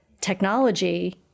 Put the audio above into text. technology